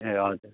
ए हजुर